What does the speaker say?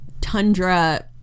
Tundra